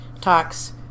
talks